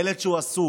ילד שהוא עסוק,